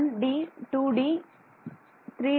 1D 2D 3D